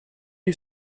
you